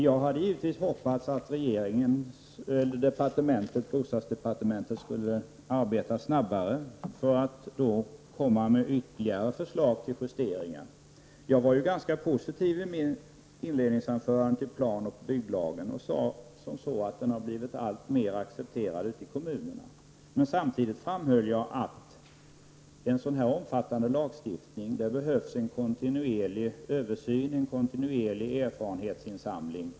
Jag hade givetvis hoppats att bostadsdepartementet skulle arbeta snabbare och komma med ytterligare förslag till justeringar. Jag var ganska positiv till planoch bygglagen i mitt inledningsanförande. Jag sade att den har blivit alltmer accepterad ute i kommunerna. Men samtidigt framhöll jag att det behövs en kontinuerlig översyn och erfarenhetsinsamling när det gäller en så omfattande lagstiftning.